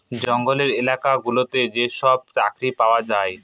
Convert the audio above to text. জঙ্গলের এলাকা গুলোতে যেসব চাকরি পাওয়া যায়